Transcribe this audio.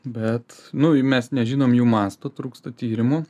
bet nu jų mes nežinom jų mastų trūksta tyrimų